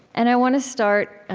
and i want to start